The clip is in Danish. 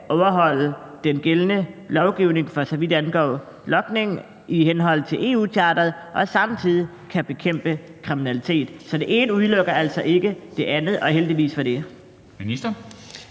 overholde den gældende lovgivning, for så vidt angår logning i henhold til EU-charteret, og samtidig kan bekæmpe kriminalitet. Så det ene udelukker altså ikke det andet – og heldigvis for det. Kl.